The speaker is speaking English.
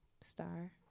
Star